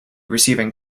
receiving